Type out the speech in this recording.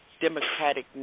democratic